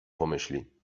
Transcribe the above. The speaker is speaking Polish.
pomyśli